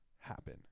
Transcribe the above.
happen